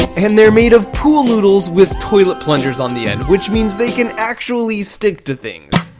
and they're made of pool noodles with toilet plungers on the end, which means they can actually stick to things.